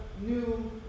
new